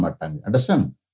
Understand